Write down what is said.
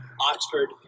Oxford